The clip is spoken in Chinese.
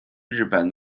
日本